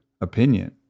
opinion